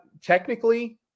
Technically